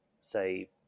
say